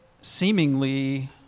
seemingly